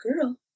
girl